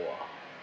!wah!